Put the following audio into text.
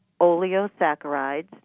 oleosaccharides